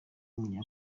w’umunya